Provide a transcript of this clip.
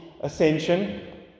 ascension